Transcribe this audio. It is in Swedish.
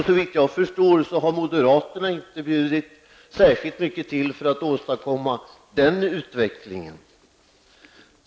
Såvitt jag förstår har moderaterna inte bjudit särskilt mycket till för att åstadkomma den utvecklingen.